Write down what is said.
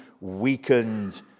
weakened